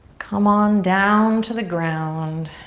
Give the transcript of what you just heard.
come on down to the ground.